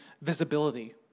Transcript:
visibility